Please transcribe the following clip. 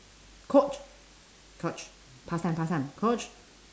caught caught past time past time caught